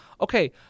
Okay